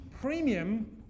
premium